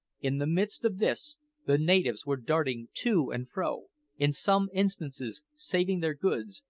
in the midst of this the natives were darting to and fro in some instances saving their goods,